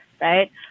right